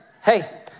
hey